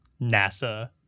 nasa